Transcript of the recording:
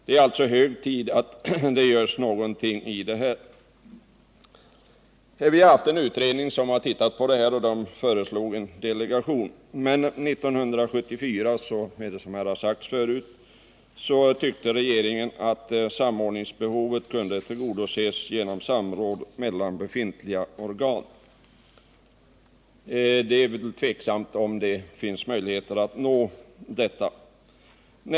Det är alltså hög tid att någonting görs. Vi har haft en utredning som sett på denna fråga och föreslagit en delegation. Men 1974 tyckte regeringen, som här har sagts förut, att samordningsbehovet kunde tillgodoses genom samråd mellan befintliga organ. Det är tveksamt om det finns möjligheter att nå en sådan samordning.